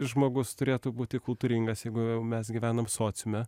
žmogus turėtų būti kultūringas jeigu mes gyvenam sociume